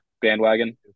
bandwagon